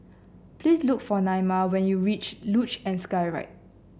please look for Naima when you reach Luge and Skyride